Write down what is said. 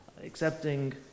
accepting